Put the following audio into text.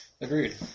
Agreed